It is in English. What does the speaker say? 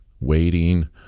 waiting